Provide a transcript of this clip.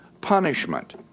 punishment